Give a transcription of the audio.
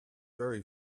very